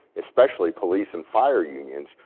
especially police and fire unions,